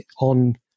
on